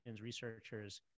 researchers